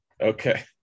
okay